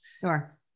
Sure